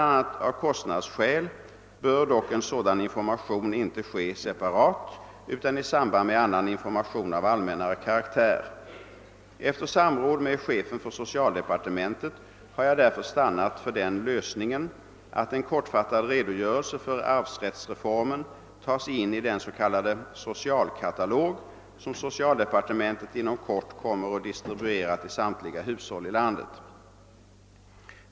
a. av kostnadsskäl bör dock en sådan information inte ske separat utan i samband med annan information av allmännare karaktär. Efter samråd med chefen för socialdepartementet har jag därför stannat för den lösningen att en kortfattad redogörelse för arvsrättsreformen tas in i den s.k. socialkatalog som socialdepartementet inom kort kommer att distribuera till samtliga hushåll i landet.